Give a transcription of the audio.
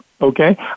Okay